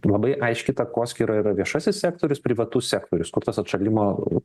labai aiški takoskyra yra viešasis sektorius privatus sektorius kur tas atšalimo